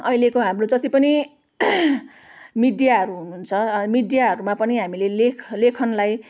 अहिलेको हाम्रो जति पनि मिड्या रू हुनुहुन्छ मिडियाहरूमा पनि हामीले लेख लेखनलाई